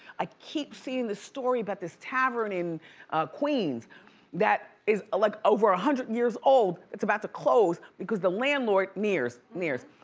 i keep seeing this story about but this tavern in queens that is like over a hundred years old. it's about to close because the landlord, neir's, neir's.